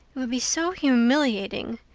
it would be so humiliating.